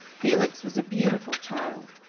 felix was a beautiful child.